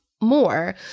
more